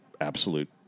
absolute